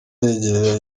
yegera